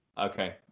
okay